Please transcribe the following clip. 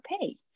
pay